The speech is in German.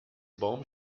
baum